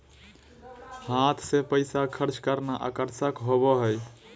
हाथ से पैसा खर्च करना आकर्षक होबो हइ